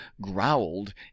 growled